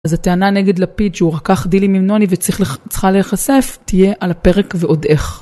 אז הטענה נגד לפיד שהוא רקח דילים עם נוני וצריכה להיחשף תהיה על הפרק ועוד איך.